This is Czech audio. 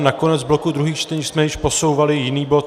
Na konec bloku druhých čtení jsme již posouvali jiný bod.